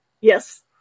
Yes